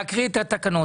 להקריא את התקנות.